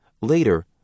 Later